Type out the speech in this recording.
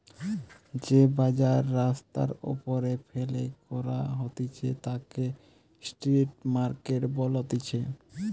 যে বাজার রাস্তার ওপরে ফেলে করা হতিছে তাকে স্ট্রিট মার্কেট বলতিছে